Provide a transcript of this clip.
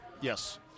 yes